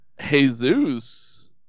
Jesus